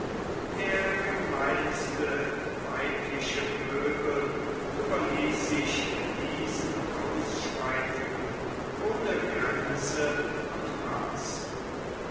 der gemeinste weibliche pöbel überließ sich diesen ausschweifungen ohne grenze und maß